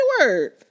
word